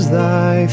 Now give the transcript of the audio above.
thy